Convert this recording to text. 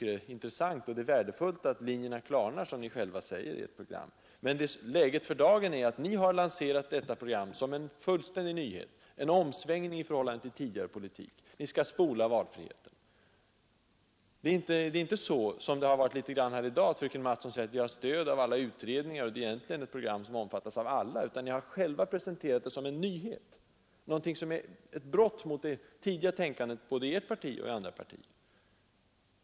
Det är intressant och värdefullt att linjerna klarnar, som ni själva säger i ert program, Ni har lanserat detta program som en fullständig nyhet, en omsvängning i förhållande till tidigare politik. Ni skall spola valfriheten. Det är inte, som fröken Mattson sagt här i dag, så att ni har stöd av alla utredningar och att programmet egentligen omfattas av alla. Ni har själva presenterat det som en nyhet, som ett brott mot det tidigare tänkandet både i ert parti och i andra partier.